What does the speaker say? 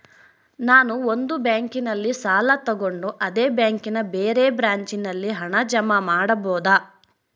ನಾನು ಒಂದು ಬ್ಯಾಂಕಿನಲ್ಲಿ ಸಾಲ ತಗೊಂಡು ಅದೇ ಬ್ಯಾಂಕಿನ ಬೇರೆ ಬ್ರಾಂಚಿನಲ್ಲಿ ಹಣ ಜಮಾ ಮಾಡಬೋದ?